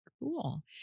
cool